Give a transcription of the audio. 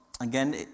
Again